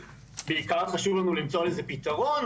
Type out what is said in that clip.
בעיקר חשוב לנו למצוא לזה פתרון,